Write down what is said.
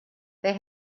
they